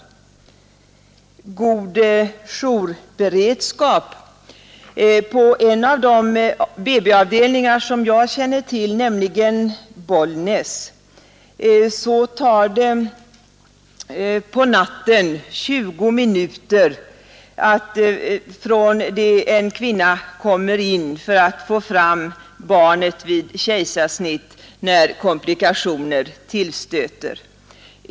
Beträffande god jourberedskap vill jag framhålla att på en av de BB-avdelningar som jag känner till, nämligen i Bollnäs, tar det på natten 20 minuter från det att en kvinna kommer in för att få fram barnet med kejsarsnitt när komplikationer tillstöter.